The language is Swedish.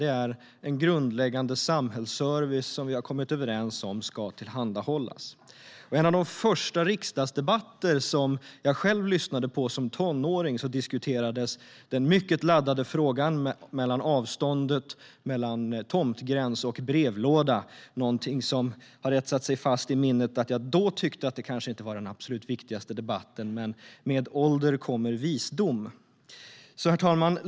Det är en grundläggande samhällsservice som vi har kommit överens om ska tillhandahållas. I en av de första riksdagsdebatter som jag lyssnade på som tonåring diskuterades den mycket laddade frågan om avståndet mellan tomtgräns och brevlåda. Någonting som har etsat sig fast i mitt minne är att jag då tyckte att det kanske inte var den absolut viktigaste debatten. Men med ålder kommer visdom. Herr talman!